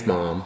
Mom